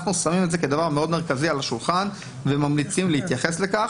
אנחנו שמים את זה כדבר מאוד מרכזי על השולחן וממליצים להתייחס לכך.